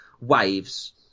waves